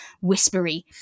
whispery